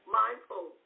mindful